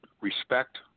respect